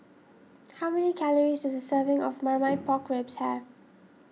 how many calories does a serving of Marmite Pork Ribs have